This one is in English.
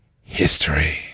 history